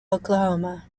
oklahoma